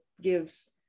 gives